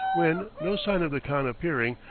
when, no sign of the khan appearing,